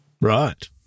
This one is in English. right